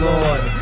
Lord